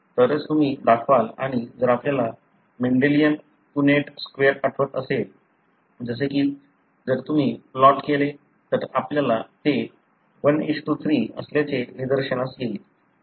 तरच तुम्ही दाखवाल आणि जर आपल्याला मेंडेलियन पुनेट स्क्वेअर आठवत असेल जसे की जर तुम्ही प्लॉट केले तर आपल्याला ते 1 3 असल्याचे निदर्शनास येईल